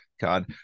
God